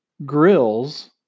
Grills